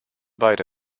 beide